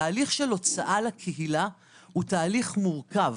התהליך של הוצאה לקהילה הוא תהליך מורכב.